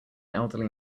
elderly